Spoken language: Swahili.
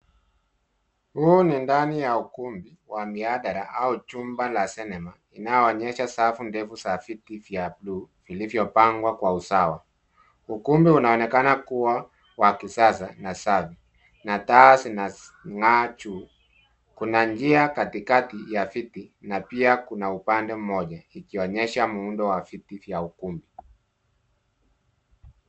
Huu ni ndani ya ukumbi wa mihadhara au chumba la sinema inayoonyesha safu ndefu za viti vya bluu vilivyopangwa kwa usawa. Ukumbi unaonekana kubwa wa kisasa na safi na taa zinang'aa juu. Kuna njia katikati ya viti na pia kuna upande mmoja ikionyesha muundo wa viti vya ukumbi.